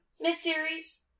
Mid-series